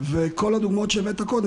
מה ההשלכות של החוק הזה.